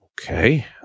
okay